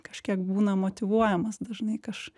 kažkiek būna motyvuojamas dažnai kaž